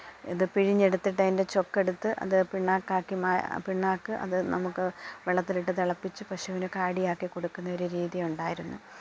ഇത് പിഴിഞ്ഞെടുത്തിട്ട് അതിൻ്റെ ചൊക്കെടുത്ത് അത് പിണ്ണാക്കാക്കി മാ പിണ്ണാക്ക് അത് നമുക്ക് വെള്ളത്തിലിട്ട് തിളപ്പിച്ച് പശുവിന് കാടിയാക്കി കൊടുക്കുന്നൊരു രീതിയുണ്ടായിരുന്നു